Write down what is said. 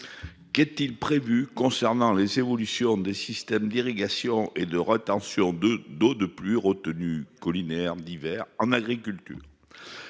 Qu'est-il prévu concernant les évolutions des systèmes d'irrigation et de rétention d'eau de pluie- les retenues collinaires d'hiver -en agriculture ?